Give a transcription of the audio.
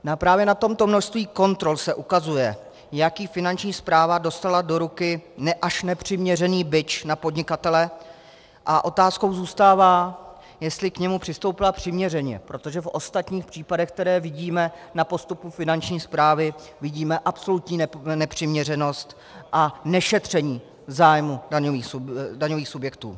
Právě na tomto množství kontrol se ukazuje, jaký Finanční správa dostala do ruky až nepřiměřený bič na podnikatele, a otázkou zůstává, jestli k němu přistoupila přiměřeně, protože v ostatních případech, které vidíme na postupu Finanční správy, vidíme absolutní nepřiměřenost a nešetření zájmu daňových subjektů.